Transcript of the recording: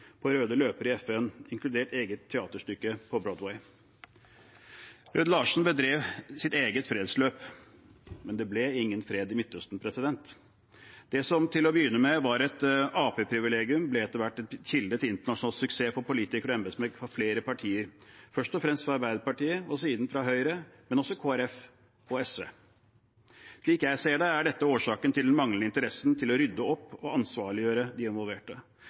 på røde løpere i FN, inkludert eget teaterstykke på Broadway. Rød-Larsen bedrev sitt eget fredsløp, men det ble ingen fred i Midtøsten. Det som til å begynne med var et Arbeiderparti-privilegium, ble etter hvert en kilde til internasjonal suksess for politikere og embetsmenn fra flere partier, først og fremst fra Arbeiderpartiet, men siden fra Høyre og også fra Kristelig Folkeparti og SV. Slik jeg ser det, er dette årsaken til den manglende interessen for å rydde opp og ansvarliggjøre de involverte.